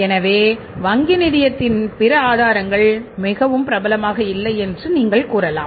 எனவே வங்கி நிதியத்தின் பிற ஆதாரங்கள் மிகவும் பிரபலமாக இல்லை என்று நீங்கள் கூறலாம்